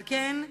על כן,